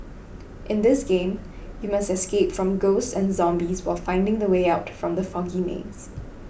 in this game you must escape from ghosts and zombies while finding the way out from the foggy maze